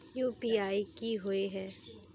UPI की होय है?